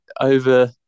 over